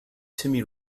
timmy